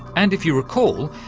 and, if you recall,